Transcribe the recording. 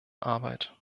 arbeit